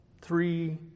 three